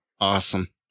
awesome